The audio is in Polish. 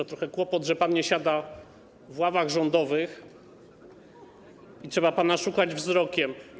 To trochę kłopot, że pan nie siada w ławach rządowych i trzeba pana szukać wzrokiem.